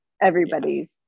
everybody's